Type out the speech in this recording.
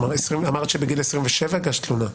כלומר, אמרת שבגיל 27 הגשת תלונה.